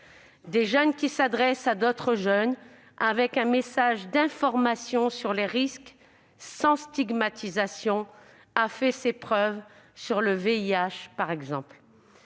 Des jeunes qui s'adressent à d'autres jeunes, avec un message d'information sur les risques, sans stigmatisation : ce modèle a fait ses preuves, par exemple,